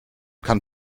kann